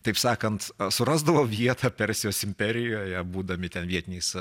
taip sakant surasdavo vietą persijos imperijoje būdami ten vietiniais